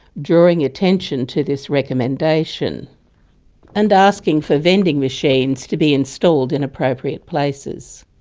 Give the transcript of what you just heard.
drawing attention to this recommendation and asking for vending machines to be installed in appropriate places.